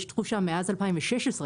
יש תחושה מאז 2016,